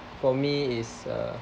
for me is uh